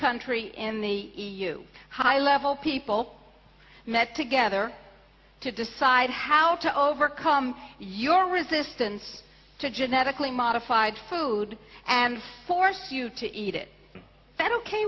country in the e u high level people met together to decide how to overcome your resistance to genetically modified food and force you to eat it